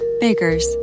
Baker's